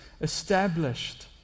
established